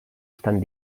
estan